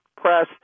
press